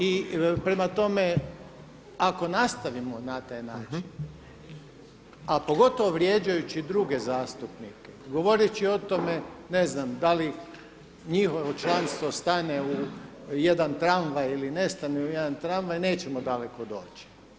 I prema tome, ako nastavimo na taj način, a pogotovo vrijeđajući druge zastupnike govoreći o tome ne znam da li njihovo članstvo stane u jedan tramvaj ili ne stane u jedan tramvaj nećemo daleko doći.